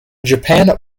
japan